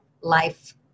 life